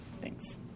Thanks